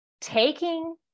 taking